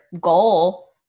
goal